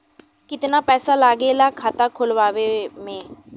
कितना पैसा लागेला खाता खोलवावे में?